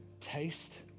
Taste